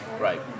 Right